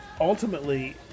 ultimately